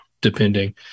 depending